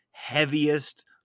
heaviest